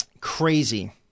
crazy